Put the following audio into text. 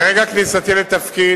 מרגע כניסתי לתפקיד,